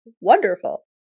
wonderful